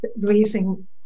raising